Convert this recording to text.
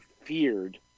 feared